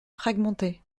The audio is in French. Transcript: fragmentée